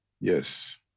Yes